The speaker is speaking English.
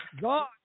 God